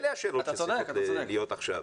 אלה השאלות שצריכות להיות עכשיו.